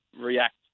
react